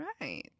right